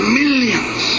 millions